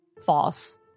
false